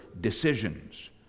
decisions